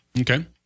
Okay